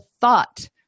thought